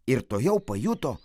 ir tuojau pajuto